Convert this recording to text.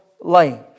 life